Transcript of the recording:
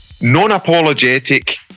non-apologetic